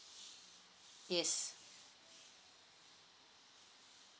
yes